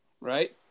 Right